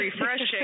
refreshing